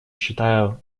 считаю